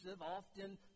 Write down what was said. often